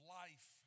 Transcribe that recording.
life